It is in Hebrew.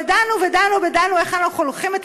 ודנו ודנו ודנו איך אנחנו לוקחים את